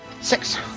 six